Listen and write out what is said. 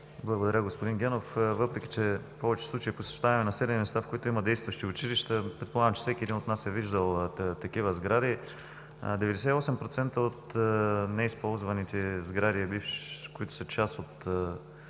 Благодаря. Господин Генов, въпреки че в повечето случаи, ако посещаваме населени места, в които има действащи училища, предполагам, че всеки един от нас е виждал такива сгради. 98% от неизползваните сгради, които са били част от